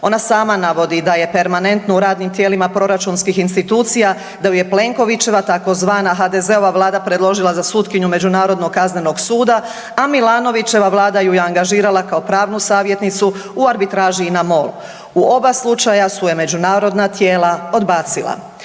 Ona sama navodi da je permanentno u radnim tijelima proračunskih institucija da ju je Plenkovićeva tzv. HDZ-ova vlada predložila za sutkinju Međunarodnog kaznenog suda, a Milanovićeva vlada ju je angažirala kao pravnu savjetnicu u arbitraži INA MOL. U oba slučaja su je međunarodna tijela odbacila.